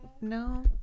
No